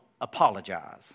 apologize